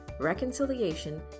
reconciliation